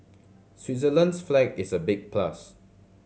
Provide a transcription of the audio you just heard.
Switzerland's flag is a big plus